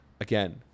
again